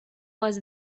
was